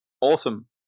Awesome